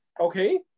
okay